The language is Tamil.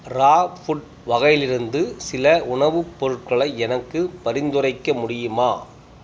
ரா ஃபுட் வகையில் இருந்து சில உணவு பொருட்களை எனக்கு பரிந்துரைக்க முடியுமா